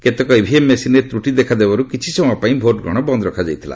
କେତେକ ଇଭିଏମ୍ ମେସିନରେ ତ୍ରଟି ଦେଖାଦେବାରୁ କିଛି ସମୟ ପାଇଁ ଭୋଟଗ୍ରହଣ ବନ୍ଦ ରହିଥିଲା